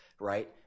right